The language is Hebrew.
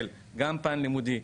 של גם פן לימודי,